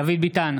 דוד ביטן,